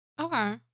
Okay